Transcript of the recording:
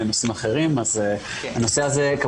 חברי הוועדה,